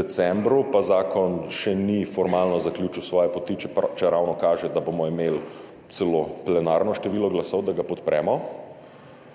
decembru, pa zakon še ni formalno zaključil svoje poti, čeravno kaže, da bomo imeli celo plenarno število glasov, da ga podpremo,